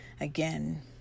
again